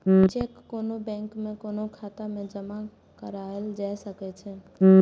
cheque कोनो bank में कोनो खाता मे जमा कराओल जा सकै छै